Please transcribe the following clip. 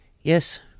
Yes